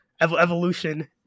Evolution